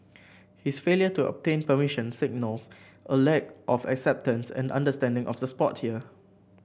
his failure to obtain permission signal a lack of acceptance and understanding of the sport here